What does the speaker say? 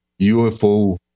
UFO